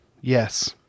yes